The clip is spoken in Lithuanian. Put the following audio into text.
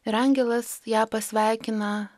ir angelas ją pasveikina